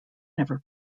never